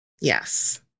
Yes